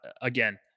Again